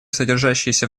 содержащиеся